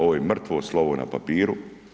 Ovo je mrtvo slovo na papiru.